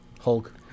Hulk